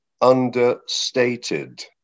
understated